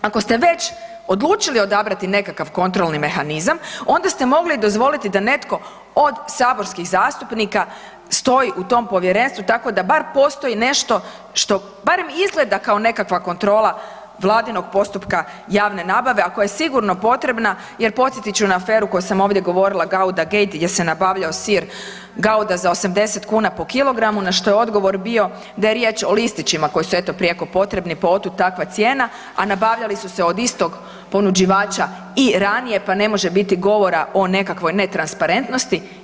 Ako ste već odlučili odabrati nekakav kontrolni mehanizam onda ste mogli i dozvoliti da netko od saborskih zastupnika stoji u tom povjerenstvu tako da bar postoji nešto što barem izgleda kao nekakva kontrola vladinog postupka javne nabave, a koja je sigurno potrebna jer podsjetit ću na aferu koju sam ovdje govorila Gauda gate, gdje se nabavljao sir Gauda za 80 kuna po kg na što je odgovor bio da je riječ o listićima koji su eto prijeko potrebni pa otuda takva cijena, a nabavljali su se od istog ponuđivača i ranije pa ne može biti govora o nekakvoj netransparentnosti.